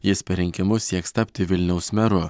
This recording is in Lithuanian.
jis per rinkimus sieks tapti vilniaus meru